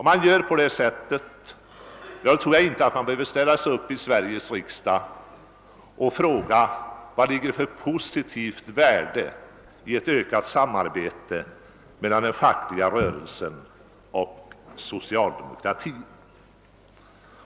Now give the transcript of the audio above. Om man läser arbetarrörelsens historia, tror jag inte att man behöver ställa sig upp i Sveriges riksdag och fråga vad det ligger för positivt värde i ett ökat samarbete mellan den fackliga rörelsen och socialdemokratin.